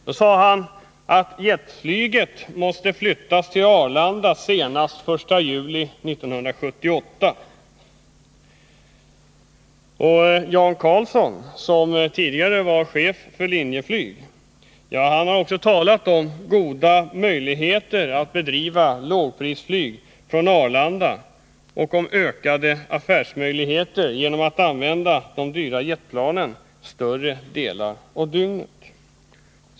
Då sade han att jetflyget måste flyttas till Arlanda senast den 1 juli 1978. Jan Carlzon, som tidigare var chef för Linjeflyg, har talat om de goda förutsättningar som finns att bedriva lågprisflyg på Arlanda och om ökade affärsmöjligheter genom användning av de dyra jetplanen större delen av dygnet.